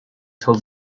till